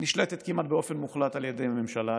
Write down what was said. נשלטת כמעט באופן מוחלט על ידי הממשלה,